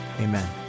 amen